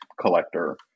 collector